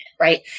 right